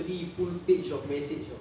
three full page of message [tau]